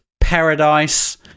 paradise